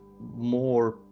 more